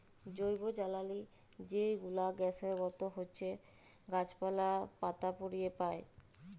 জৈবজ্বালালি যে গুলা গ্যাসের মত হছ্যে গাছপালা, পাতা পুড়িয়ে পায়